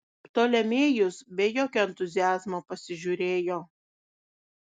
ptolemėjus be jokio entuziazmo pasižiūrėjo